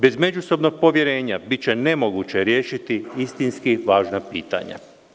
Bez međusobnog povjerenja biće nemoguće riješiti istinski važna pitanja.